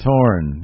Torn